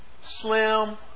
slim